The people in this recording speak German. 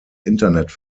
internet